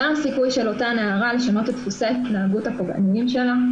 מה הסיכוי של אותה נערה לשנות את דפוסי ההתנהגות הפוגעניים שלה,